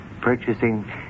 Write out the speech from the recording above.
purchasing